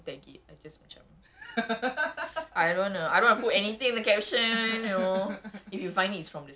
ya ya so this one macam the benda-benda bodoh I don't tag it I just macam